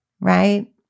right